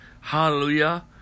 Hallelujah